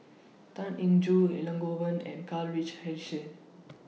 Tan Eng Joo Elangovan and Karl Richard